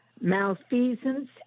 malfeasance